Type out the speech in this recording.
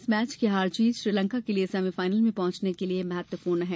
इस मैच की हार जीत श्रीलंका के लिये सेमी फायनल में पहुंचने के लिये महत्वपूर्ण है